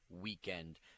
weekend